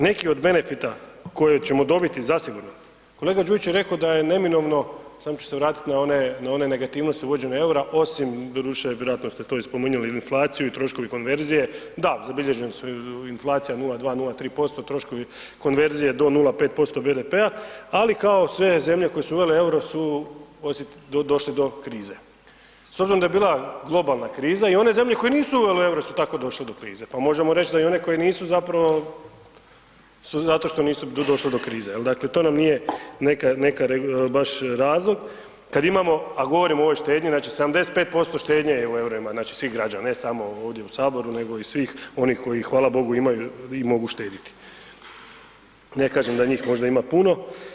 Neki od benfita koje ćemo dobiti zasigurno, kolega Đujić je reko da je neminovno, samo ću se vratit na one, na one negativnosti uvođenja EUR-a osim doduše vjerojatno ste to i spominjali, inflaciju i troškovi konverzije, da zabilježeni su inflacija 0,2-0,3%, troškovi konverzije do 0,5% BDP-a, ali kao sve zemlje koje su uvele EUR-o su došle do krize s obzirom da je bila globalna kriza i one zemlje koje nisu uvele EUR-o su tako došle do krize, pa možemo reć da i one koje nisu zapravo su zato što nisu došle do krize jel dakle to nam nije neka, neka baš razlog, kad imamo, a govorimo o ovoj štednji, znači 75% štednje je u EUR-ima znači svih građana, ne samo ovdje u saboru nego i svih onih koji hvala Bogu imaju i mogu štediti, ne kažem da njih možda ima puno.